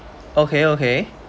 okay okay